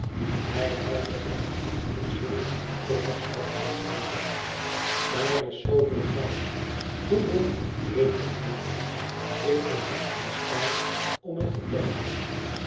hij haalde eene handvol zilver en kopergeld uit zijn zak daar is zooveel geld hoeveel weet ik niet ik ben niet in staat om het te tellen